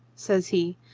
says he,